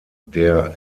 der